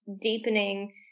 deepening